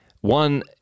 one